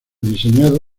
diseñado